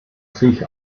sich